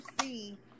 see